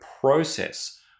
process